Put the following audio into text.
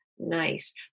Nice